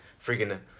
freaking